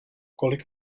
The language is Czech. kolik